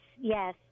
yes